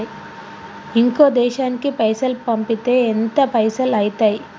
ఇంకో దేశానికి పైసల్ పంపితే ఎంత పైసలు అయితయి?